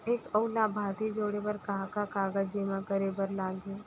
एक अऊ लाभार्थी जोड़े बर का का कागज जेमा करे बर लागही?